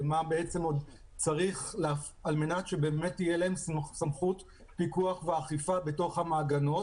ומה עוד צריך על מנת שבאמת תהיה להם סמכות פיקוח ואכיפה במעגנות.